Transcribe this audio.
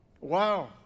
Wow